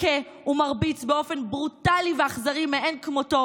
מכה ומרביץ באופן ברוטלי ואכזרי מאין כמותו